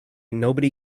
nobody